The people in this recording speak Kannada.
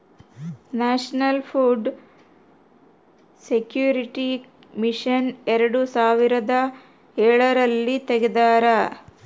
ನ್ಯಾಷನಲ್ ಫುಡ್ ಸೆಕ್ಯೂರಿಟಿ ಮಿಷನ್ ಎರಡು ಸಾವಿರದ ಎಳರಲ್ಲಿ ತೆಗ್ದಾರ